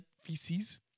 feces